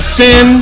sin